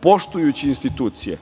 poštujući institucije,